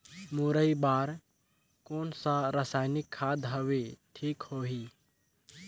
मुरई बार कोन सा रसायनिक खाद हवे ठीक होही?